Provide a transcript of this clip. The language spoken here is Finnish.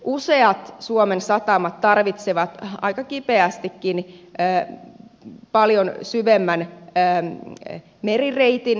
useat suomen satamat tarvitsevat aika kipeästikin paljon syvemmän merireitin